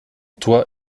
toit